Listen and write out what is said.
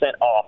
off